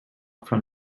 from